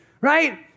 right